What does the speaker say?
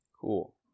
Cool